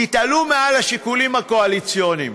תתעלו מעל השיקולים הקואליציוניים.